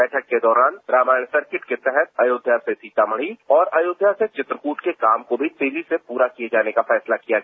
बैठक के दौरान रामायण सर्किट के तहत अयोध्या से सीतामढ़ी और अयोध्या से चित्रकूट के काम को भी तेजी से पूरा किये जाने का फैसला किया गया